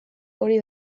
hori